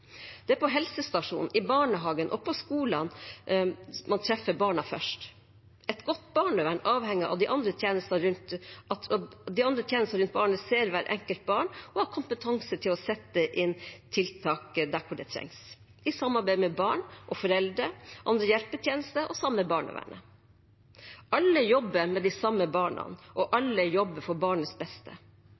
Det er på helsestasjonen, i barnehagen og på skolene man treffer barna først. Et godt barnevern avhenger av at de andre tjenestene rundt barna ser hvert enkelt barn og har kompetanse til å sette inn tiltak der det trengs – i samarbeid med barn og foreldre, andre hjelpetjenester og barnevernet. Alle jobber med de samme barna, og alle jobber for barnets beste.